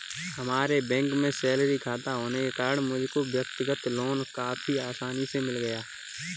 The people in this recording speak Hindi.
मेरा बैंक में सैलरी खाता होने के कारण मुझको व्यक्तिगत लोन काफी आसानी से मिल गया